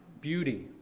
beauty